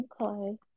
Okay